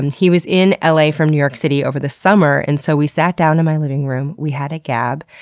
and he was in la from new york city over the summer, and so we sat down in my living room we had a gab,